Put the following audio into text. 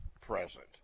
present